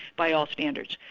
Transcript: by all standards.